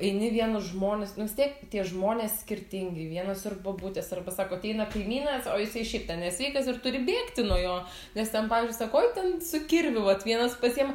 eini vienus žmones nu vis tiek tie žmonės skirtingi vienos ir bobutės arba sako ateina kaimynas o jisai šiaip ten nesveikas ir turi bėgti nuo jo nes ten pavyzdžiui sako oi ten su kirviu vat vienas pasiima